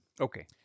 Okay